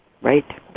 Right